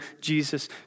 Jesus